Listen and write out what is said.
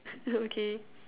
okay